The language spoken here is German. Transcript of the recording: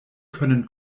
können